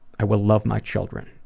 i will love my children.